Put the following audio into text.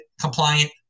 compliant